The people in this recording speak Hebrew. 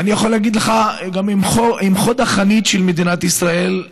ואני יכול להגיד לך גם שהם חוד החנית של מדינת ישראל.